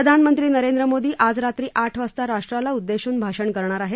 प्रधानमंत्री नरेंद्र मोदी आज रात्री आठ वाजता राष्ट्राला उद्देशून भाषण करणार आहेत